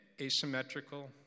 asymmetrical